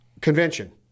Convention